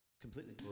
Completely